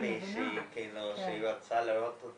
מי הנציג של משרד החוץ?